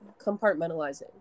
compartmentalizing